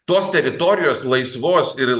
tos teritorijos laisvos ir